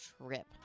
trip